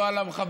לא על המחבלים,